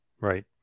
Right